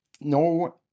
no